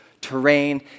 terrain